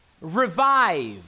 Revive